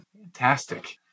Fantastic